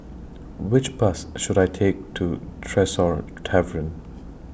Which Bus should I Take to Tresor Tavern